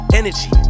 energy